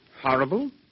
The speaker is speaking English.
Horrible